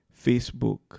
Facebook